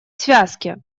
связке